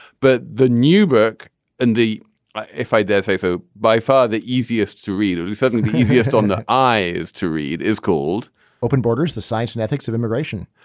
but the new book and the if i dare say so. by far, the easiest to read or suddenly easiest on the eyes to read is called open borders the science and ethics of immigration.